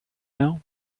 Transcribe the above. now